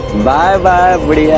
live with